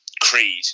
Creed